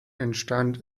entstand